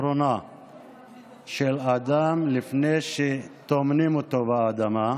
של האדם לפני שטומנים אותו באדמה.